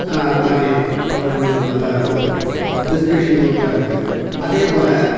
அதுமாதிரி அவருடைய நூல்கள் நல்லா ஒரு இன்ஸ்பிரேஷன் நூல்களாக இருக்குது அதேப்போல்